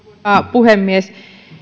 puhemies